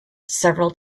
several